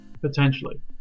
Potentially